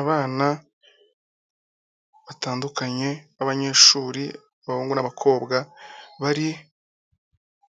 Abana batandukanye b'abanyeshuri abahungu n'abakobwa, bari